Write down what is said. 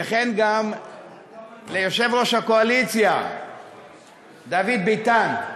וכן ליושב-ראש הקואליציה דוד ביטן,